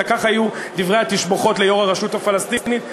על כך היו דברי התשבחות ליושב-ראש הרשות הפלסטינית,